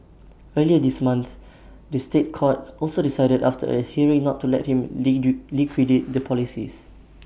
earlier this month the State Court also decided after A hearing not to let him liquidate the policies